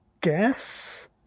guess